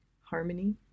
harmony